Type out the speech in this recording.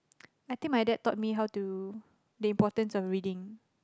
I think my dad taught me how to the importance of reading